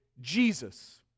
Jesus